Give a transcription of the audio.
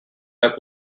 that